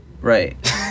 right